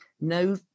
no